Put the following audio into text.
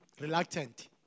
reluctant